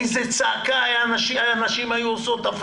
איזו צעקה היו מקימות הנשים על אפליה.